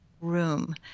room